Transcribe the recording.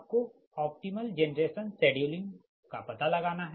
आपको optimal generation scheduling का पता लगाना हैं